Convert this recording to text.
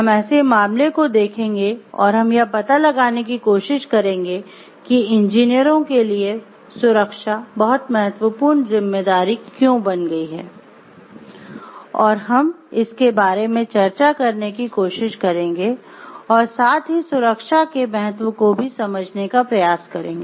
हम ऐसे मामले को देखेंगे और हम यह पता लगाने की कोशिश करेंगे कि इंजीनियरों के लिए सुरक्षा बहुत महत्वपूर्ण जिम्मेदारी क्यों बन गई है और हम इसके बारे में चर्चा करने की कोशिश करेंगे और साथ ही सुरक्षा के महत्व को भी समझने का प्रयास करेंगे